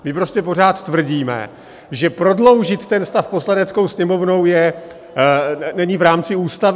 My prostě pořád tvrdíme, že prodloužit ten stav Poslaneckou sněmovnou není v rámci Ústavy.